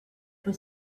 for